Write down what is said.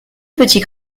petits